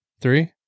three